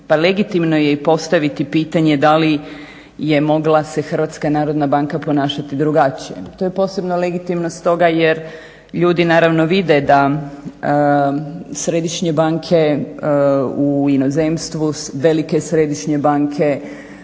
Pa legitimno je i postaviti pitanje da li je mogla se HNB ponašati drugačije? To je posebno legitimno stoga jer ljudi naravno vide da središnje banke u inozemstvu, velike središnje banke